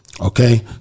Okay